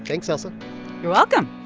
thanks, ailsa you're welcome